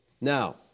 Now